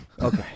Okay